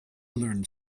learned